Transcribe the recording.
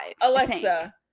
alexa